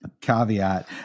caveat